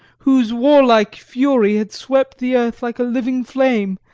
whose warlike fury had swept the earth like a living flame,